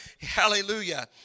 Hallelujah